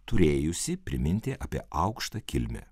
turėjusį priminti apie aukštą kilmę